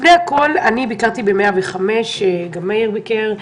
לפני הכול, ביקרתי במוקד 105, גם מאיר ביקר,